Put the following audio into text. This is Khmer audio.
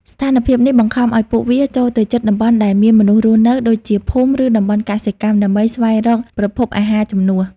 ស្ថានភាពនេះបង្ខំឲ្យពួកវា ចូលទៅជិតតំបន់ដែលមានមនុស្សរស់នៅ ដូចជាភូមិ ឬតំបន់កសិកម្ម ដើម្បីស្វែងរកប្រភពអាហារជំនួស។